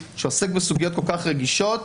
שעוסק בסוגיות כל כך רגישות,